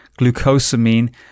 glucosamine